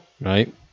Right